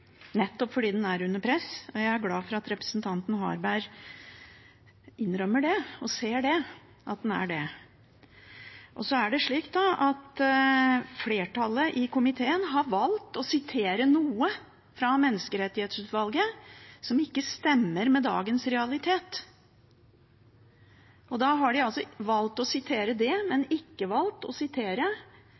at representanten Svein Harberg innrømmer det og ser at den er det. Flertallet i komiteen har valgt å sitere noe fra Menneskerettighetsutvalget som ikke stemmer med dagens realitet. De har valgt å sitere det, men ikke å sitere det som de også har sagt, at det kan være grunnlag for å grunnlovfeste denne rettigheten. Jeg registrerer at de velger å sitere